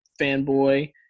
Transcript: fanboy